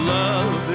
love